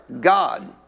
God